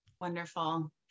Wonderful